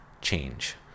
change